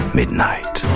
midnight